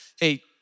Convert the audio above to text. hey